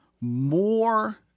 more